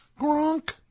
Gronk